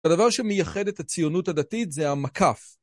הדבר שמייחד את הציונות הדתית זה המקף.